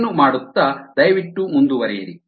ಇದನ್ನು ಮಾಡುತ್ತಾ ದಯವಿಟ್ಟು ಮುಂದುವರಿಯಿರಿ